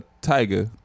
Tiger